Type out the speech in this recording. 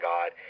God